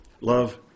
love